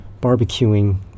barbecuing